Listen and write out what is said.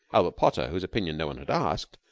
albert potter, whose opinion no one had asked,